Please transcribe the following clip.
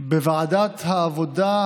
בוועדת העבודה,